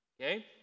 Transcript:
Okay